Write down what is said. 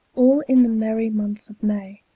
all in the merry month of may,